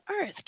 earth